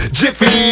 jiffy